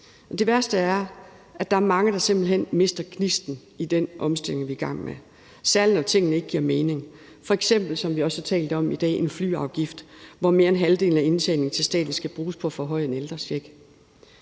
Det værste er, at der er mange, der simpelt hen mister gnisten i den omstilling, vi er i gang med, særlig når tingene ikke giver mening, f.eks., som vi også har talt om i dag, en flyafgift, hvor mere end halvdelen af indtjeningen til staten skal bruges på at forhøje en ældrecheck.